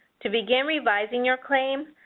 to begin revising your claim,